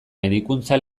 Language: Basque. medikuntza